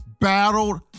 Battled